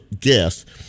guest